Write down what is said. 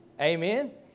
Amen